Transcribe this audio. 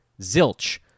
zilch